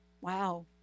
wow